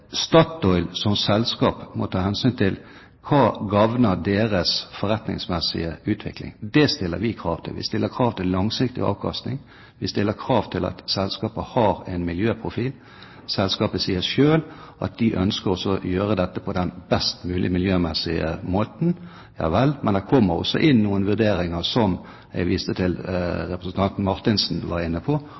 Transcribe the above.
Statoil som selskap må ta hensyn til hva som gagner deres forretningsmessige utvikling. Det stiller vi krav til. Vi stiller krav til langsiktig avkastning. Vi stiller krav til at selskapet har en miljøprofil. Selskapet sier selv at de ønsker å gjøre dette på den best mulige miljømessige måten. Ja vel, men det kommer også inn noen vurderinger av, som representanten Marthinsen var inne på,